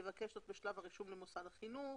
יבקש זאת בשלב הרישום למוסד החינוך